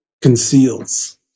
conceals